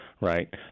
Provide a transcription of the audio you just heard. right